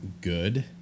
Good